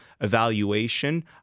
evaluation